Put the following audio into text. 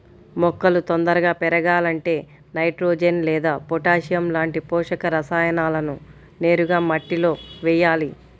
మొక్కలు తొందరగా పెరగాలంటే నైట్రోజెన్ లేదా పొటాషియం లాంటి పోషక రసాయనాలను నేరుగా మట్టిలో వెయ్యాలి